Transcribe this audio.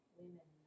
women